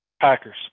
Packers